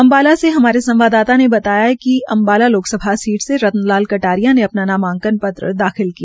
अम्बाला से हमारे संवाददाता ने बताया कि अम्बाला लोकसभा सीट से रतन लाल कटारिया ने अपना नामांकन पत्र दाखिल किया